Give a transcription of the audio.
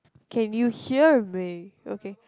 can you hear me okay